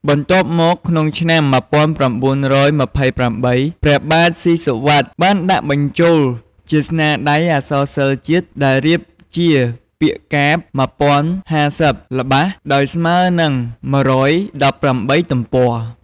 បន្ទាប់មក ក្នុងឆ្នាំ១៩២៨ ព្រះបាទសុីសុវត្ថិ បានដាក់បញ្ចូលជាស្នាដៃអក្សរសិល្ប៍ជាតិ ដែលរៀបជាពាក្យកាព្យ ១០៥០ ល្បះ ដោយស្មើនិង ១១៨ ទំព័រ ។